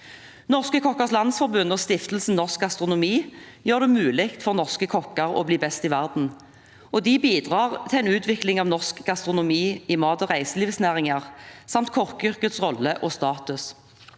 Norske Kokkers Landsforening og Stiftelsen Norsk Gastronomi gjør det mulig for norske kokker å bli best i verden, og de bidrar til en utvikling av norsk gastronomi i mat- og reiselivsnæringer samt kokkeyrkets rolle og status.